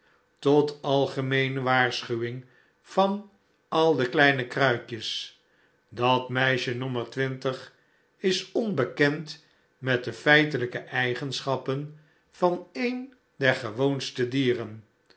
tot algemeene waarschuwing van al de kleine kruikjes dat meisje nommer twintig is onbekend met de feitelijke eigenschappen van een der gewoonste dieren